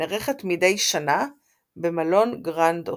נערכת מדי שנה במלון "גרנד הוטל".